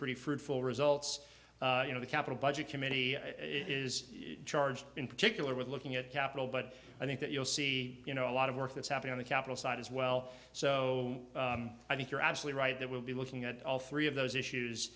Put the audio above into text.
pretty fruitful results you know the capital budget committee is charged in particular with looking at capital but i think that you'll see you know a lot of work that's happening on the capital side as well so i think you're actually right there we'll be looking at all three of those issues